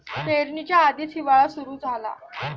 पेरणीच्या आधीच हिवाळा सुरू झाला